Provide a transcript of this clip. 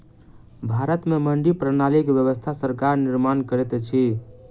भारत में मंडी प्रणाली के व्यवस्था सरकार निर्माण करैत अछि